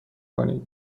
کنید